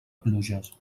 pluges